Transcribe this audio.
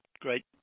great